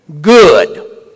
Good